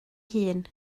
hun